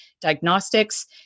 diagnostics